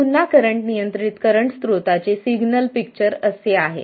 पुन्हा करंट नियंत्रित करंट स्त्रोताचे सिग्नल पिक्चर असे आहे